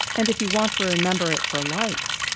and if you want to remember it for life,